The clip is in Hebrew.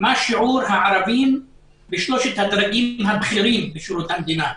והוא מה שיעור הערבים בשלושת הדרגים הבכירים בשירות המדינה.